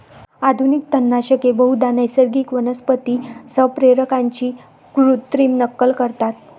आधुनिक तणनाशके बहुधा नैसर्गिक वनस्पती संप्रेरकांची कृत्रिम नक्कल करतात